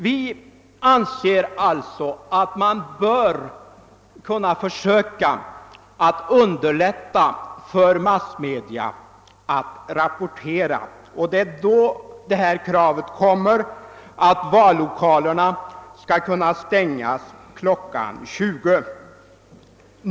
Vi anser alltså att man bör försöka att underlätta för massmedia att rapportera. Det är därför kravet uppstår att vallokalerna skall kunna stängas kl. 20.